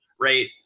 right